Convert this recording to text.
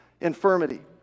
Infirmity